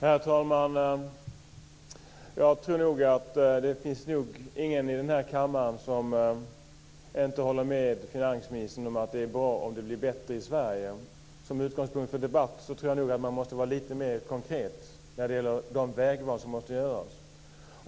Herr talman! Jag tror inte att det finns någon i den här kammaren som inte håller med finansministern om att det är bra om det blir bättre i Sverige. Som utgångspunkt för debatt tror jag att man måste vara lite mer konkret när det gäller de vägval som måste göras.